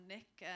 Nick